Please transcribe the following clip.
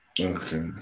Okay